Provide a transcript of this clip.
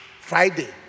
Friday